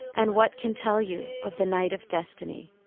and what can tell you of the night of destiny?